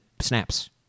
snaps